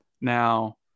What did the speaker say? Now